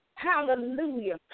Hallelujah